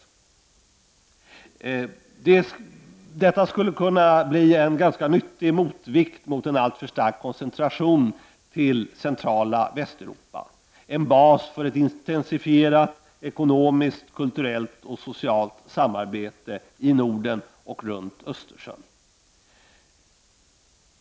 Detta skulle kunna bli en ganska nyttig motvikt mot en alltför stark koncentration till centrala Västeuropa, en bas för ett intensifierat ekonomiskt, kulturellt och socialt samarbete i Norden och runt Östersjön.